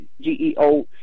GEO